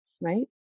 right